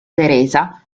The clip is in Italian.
teresa